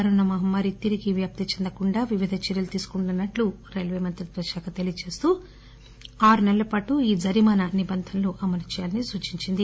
corona మహమ్మారి తిరిగి వ్యాప్తి చెందకుండా వివిధ చర్యలు తీసుకుంటున్నట్లు రైల్వే మంత్రిత్వ శాఖ తెలియచేస్తూ ఆరు నెలల పాటు ఈ జరిమానా నిబంధనలు అమలు చేయాలని సూచించింది